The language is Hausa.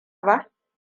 ba